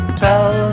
tell